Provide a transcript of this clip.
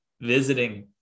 visiting